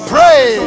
Pray